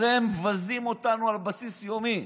הרי הם מבזים אותנו על בסיס יומי,